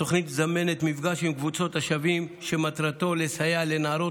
התוכנית מזמנת מפגש עם קבוצות השווים שמטרתו לסייע לנערות